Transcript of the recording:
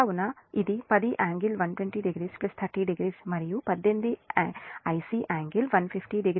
కాబట్టి ఇది 10∟120o30◦ మరియు 18 I c ∟154o 154 2400